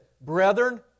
brethren